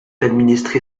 administrée